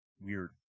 weird